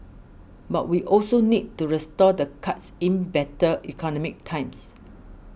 but we also need to restore the cuts in better economic times